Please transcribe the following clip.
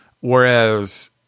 whereas